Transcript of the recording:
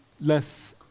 less